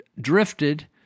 drifted